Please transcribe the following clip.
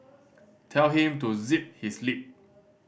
tell him to zip his lip